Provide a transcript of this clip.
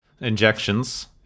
injections